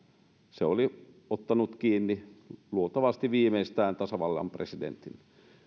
se olisi ottanut kiinni luultavasti viimeistään tasavallan presidentin